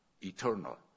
eternal